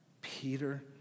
Peter